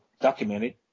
documented